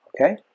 Okay